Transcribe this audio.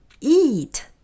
eat